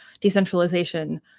decentralization